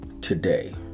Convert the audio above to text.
today